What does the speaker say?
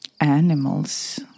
animals